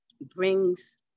brings